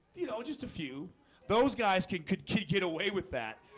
you know just a few those guys can could kick it away with that.